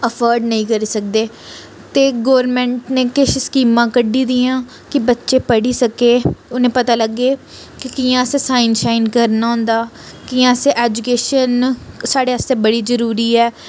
offered नी करी सकदे ते गोरमेंट ने किश स्कीमां कड्डी दियां कि बच्चे पढ़ी सके उ'नें पता लग्गे कि कि'यां असें साइन शाइन करना होंदा कियां असें ऐजुकेशन साढ़े आस्तै बड़ी जरूरी ऐ